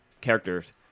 characters